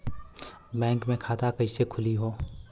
Bank मे खाता कईसे खुली हो?